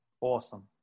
awesome